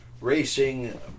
racing